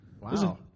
Wow